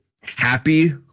happy